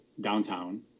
downtown